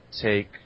take –